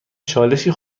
چالشی